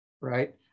right